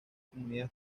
comunidad